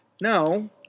No